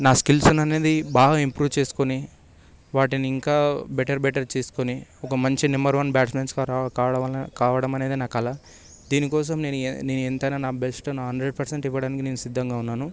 నా స్కిల్స్ అనేది బాగా ఇంప్రూవ్ చేసుకొని వాటిని ఇంకా బెటర్ బెటర్ చేసుకొని ఒక మంచి నంబర్ వన్ బ్యాట్స్మెన్గా కావడం వల్ల కావడం అనేది నా కల దీని కోసం నేను నేను ఎంతైనా నా బెస్ట్ నా హండ్రెడ్ పర్సెంట్ ఇవ్వడానికి నేను సిద్ధంగా ఉన్నాను